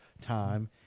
time